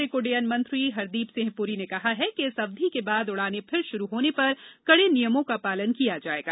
नागरिक उड्डयन मंत्री हरदीप सिंह पुरी ने कहा कि इस अवधि के बाद उड़ाने फिर शुरू होने पर कडे नियमों का पालन किया जाएगा